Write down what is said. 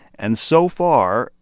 and so far,